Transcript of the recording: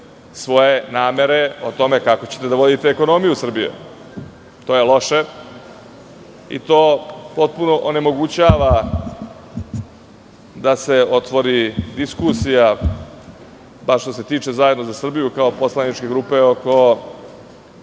svoje namere o tome kako ćete da vodite ekonomiju Srbije. To je loše, i to potpuno onemogućava da se otvori diskusija, bar što se tiče poslaničke grupe